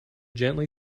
gently